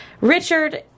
Richard